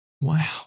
Wow